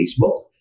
Facebook